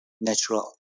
natural